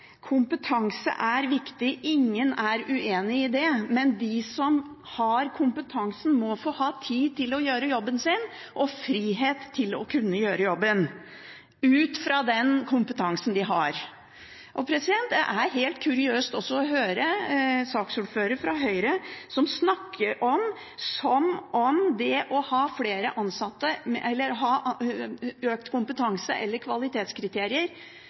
Kompetanse er viktig. Ingen er uenig i det. Men de som har kompetansen, må få ha tid til å gjøre jobben sin og frihet til å kunne gjøre jobben ut fra den kompetansen de har. Det er helt kuriøst også å høre saksordføreren, fra Høyre, som snakker som om det å ha økt kompetanse eller kvalitetskriterier står i motsetning til å ha flere ansatte,